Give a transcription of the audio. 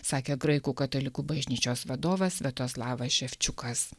sakė graikų katalikų bažnyčios vadovas sviatoslavas ševčiukas